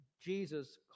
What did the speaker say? Jesus